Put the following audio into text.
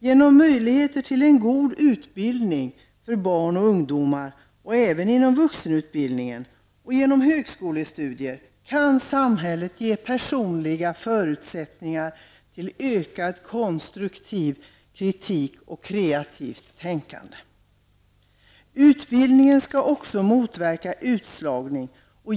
Genom att erbjuda möjigheter till en god utbildning för barn och ungdomar -- det gäller då även vuxenutbildning och högskolestudier -- kan samhället ge människor personliga förutsättningar för en bättre konstruktiv kritik och ett kreativt tänkande. Vidare skall utbildningen syfta till att motverka utslagning.